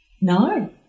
No